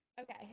Okay